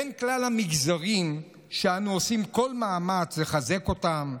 בין כלל המגזרים שאנו עושים כל מאמץ לחזק אותם,